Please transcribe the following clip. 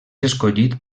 escollit